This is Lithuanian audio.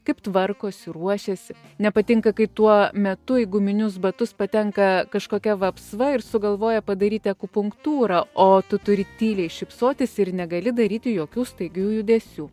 kaip tvarkosi ruošiasi nepatinka kai tuo metu į guminius batus patenka kažkokia vapsva ir sugalvoja padaryti akupunktūrą o tu turi tyliai šypsotis ir negali daryti jokių staigių judesių